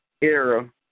era